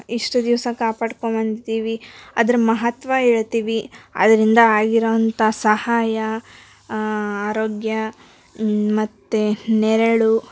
ಇಷ್ಟು ದಿವಸ ಕಾಪಾಡ್ಕೊಂಡು ಬಂದಿದ್ದೀವಿ ಅದ್ರ ಮಹತ್ವ ಹೇಳ್ತೀವಿ ಅದರಿಂದ ಆಗಿರೋಂಥ ಸಹಾಯ ಆರೋಗ್ಯ ಮತ್ತು ನೆರೆಳು